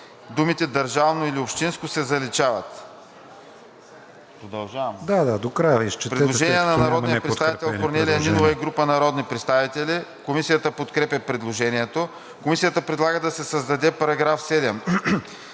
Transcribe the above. думите „държавно или общинско“ се заличават.“ Предложение на народния представител Корнелия Нинова и група народни представители. Комисията подкрепя предложението. Комисията предлага да се създаде § 7: „§ 7.